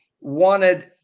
wanted